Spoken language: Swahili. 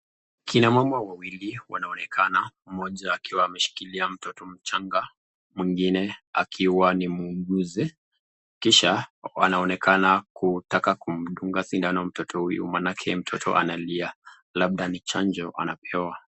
Kina mama wawili wanaonekana, mmoja akiwa ameshikilia mtoto mchanga, mwengine akiwa ni muuguzi. Kisha anaonekana kutaka kumdunga sindano mtoto huyu maanake mtoto analia. Labda ni chanjo anapewa.